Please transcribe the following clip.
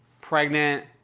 Pregnant